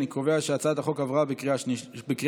אני קובע שהצעת החוק עברה בקריאה שנייה.